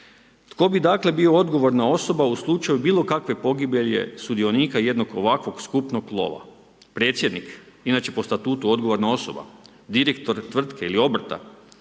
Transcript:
Tko bi dakle, bio odgovoran osoba u slučaju bilo kakve pogibeljne sudionika jednog ovakvog skupnog lova. Predsjednik? Inače po statutu odgovorna osoba, direktor tvrtke ili obrta?